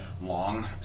long